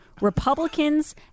Republicans